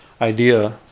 idea